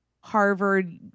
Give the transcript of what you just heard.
Harvard